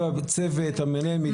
כל הצוות, המנהל מתגייסים.